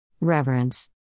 REVERENCE